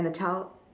and the child